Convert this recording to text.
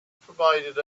provided